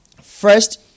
First